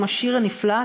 עם השיר הנפלא,